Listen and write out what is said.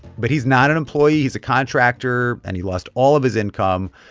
but he's not an employee. he's a contractor, and he lost all of his income.